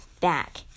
back